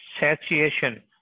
satiation